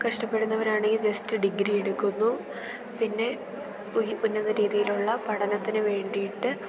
കഷ്ടപ്പെടുന്നവരാണ് ഈ just degree എടുക്കുന്നു പിന്നെ ഒരു ഉന്നത രീതിയിലുള്ള പഠനത്തിന് വേണ്ടിയിട്ട്